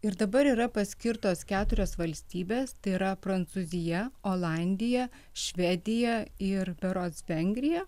ir dabar yra paskirtos keturios valstybės tai yra prancūzija olandija švedija ir berods vengrija